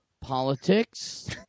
politics